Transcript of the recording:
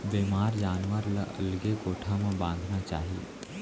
बेमार जानवर ल अलगे कोठा म बांधना चाही